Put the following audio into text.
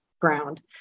ground